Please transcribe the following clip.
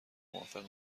موافق